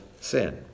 sin